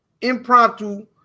Impromptu